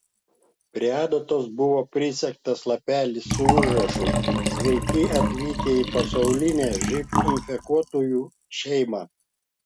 prie adatos buvo prisegtas lapelis su užrašu sveiki atvykę į pasaulinę živ infekuotųjų šeimą